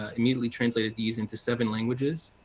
immediately translated these into seven languages.